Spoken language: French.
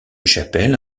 chapelle